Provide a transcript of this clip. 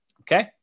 Okay